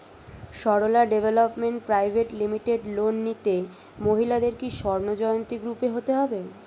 Sarala development private limited loan নিতে মহিলাদের কি স্বর্ণ জয়ন্তী গ্রুপে হতে হবে?